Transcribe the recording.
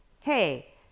hey